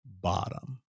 bottom